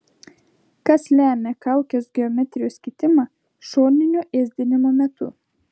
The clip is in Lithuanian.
kas lemia kaukės geometrijos kitimą šoninio ėsdinimo metu